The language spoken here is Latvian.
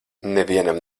nevienam